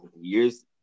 years